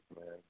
man